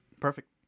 Perfect